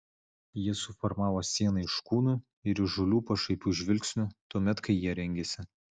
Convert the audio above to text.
jie suformavo sieną iš kūnų ir įžūlių pašaipių žvilgsnių tuomet kai ji rengėsi